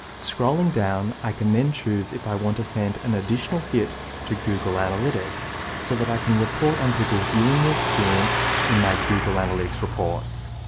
scrolling down, i can then choose if i want to send an additional hit to google analytics so that i can report on people viewing the experience in my google analytics reports.